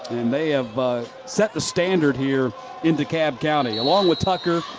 and they have set the standard here in de kalb county. along with tucker,